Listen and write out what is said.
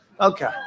Okay